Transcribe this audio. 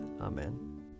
Amen